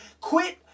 Quit